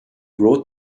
wrote